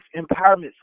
empowerment